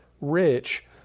rich